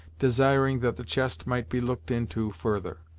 desiring that the chest might be looked into, further.